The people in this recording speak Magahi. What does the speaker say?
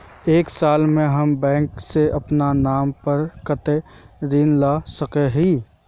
एक साल में हम बैंक से अपना नाम पर कते ऋण ला सके हिय?